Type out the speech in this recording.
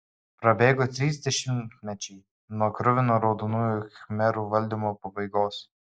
prabėgo trys dešimtmečiai nuo kruvino raudonųjų khmerų valdymo pabaigos